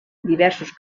diversos